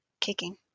kicking